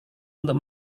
untuk